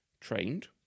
trained